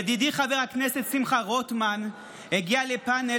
ידידי חבר הכנסת שמחה רוטמן הגיע לפאנל